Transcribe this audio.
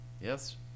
Yes